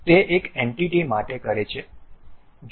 તે એક એન્ટિટી માટે કરે છે